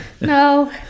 No